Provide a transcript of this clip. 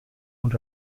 und